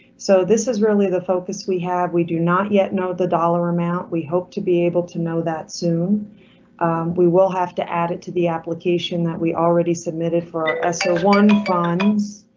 so this is really the focus we have. we do not yet know the dollar amount. we hope to be able to know that soon we will have to add it to the application that we already submitted for s s one funds.